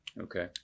Okay